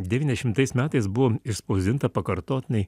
devyniasdešimtais metais buvo išspausdinta pakartotinai